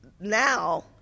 now